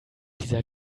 dieser